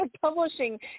publishing